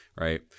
right